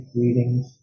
readings